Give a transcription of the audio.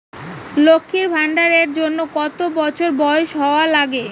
লক্ষী ভান্ডার এর জন্যে কতো বছর বয়স হওয়া লাগে?